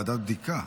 ועדת בדיקה.